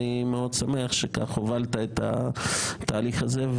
אני מאוד שמח שכך הובלת את התהליך הזה.